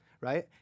right